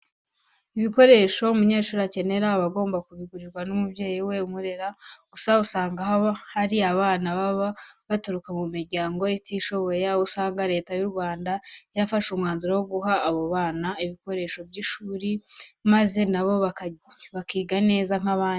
Ibikoresho umunyeshuri akenera aba agomba kubigurirwa n'umubyeyi we umurera. Gusa usanga hari abana baba baturuka mu miryango itishoboye, aho usanga Leta y'u Rwanda yarafashe umwanzuro wo guha abo bana ibikoresho by'ishuri maze na bo bakiga neza nk'abandi.